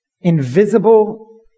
invisible